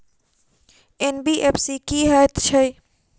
NBFC की हएत छै?